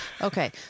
okay